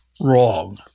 Wrong